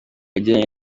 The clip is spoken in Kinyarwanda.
ajyanye